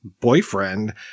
boyfriend